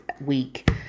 week